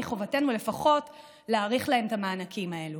מחובתנו לפחות להאריך להם את המענקים האלו.